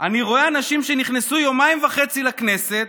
אני רואה אנשים שנכנסו לפני יומיים וחצי לכנסת,